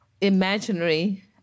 imaginary